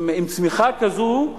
עם צמיחה כזאת,